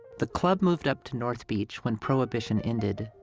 the club moved up to north beach when prohibition ended,